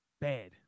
bad